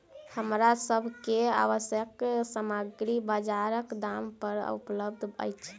हमरा सभ के आवश्यक सामग्री बजारक दाम पर उपलबध अछि